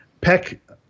Peck